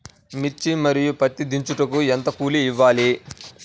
మిర్చి మరియు పత్తి దించుటకు ఎంత కూలి ఇవ్వాలి?